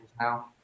now